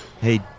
Hey